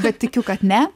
bet tikiu kad ne